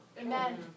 Amen